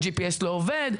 ה-GPS לא עובד,